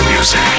Music